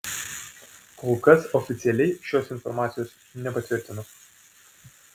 kol kas oficialiai šios informacijos nepatvirtino